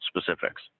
specifics